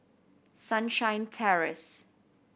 Sunshine Terrace